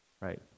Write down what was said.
right